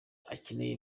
akeneye